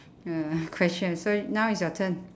ya questions so now is your turn